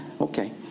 okay